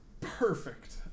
perfect